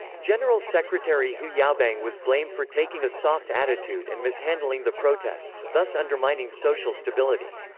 general secretary hu yaobang was blamed for taking a soft attitude and mishandling the protests, thus undermining social stability.